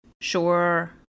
sure